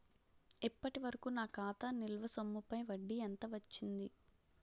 ఇప్పటి వరకూ నా ఖాతా నిల్వ సొమ్ముపై వడ్డీ ఎంత వచ్చింది?